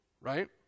right